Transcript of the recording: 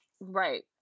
Right